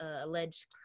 alleged